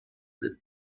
sind